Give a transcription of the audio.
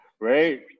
Right